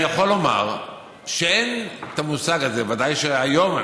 אני יכול לומר שאין את המושג הזה, ודאי שהיום.